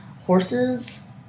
Horses